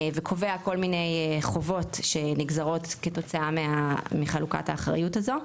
וקובע כל מיני חובות שנגזרות כתוצאה מחלוקת האחריות הזו,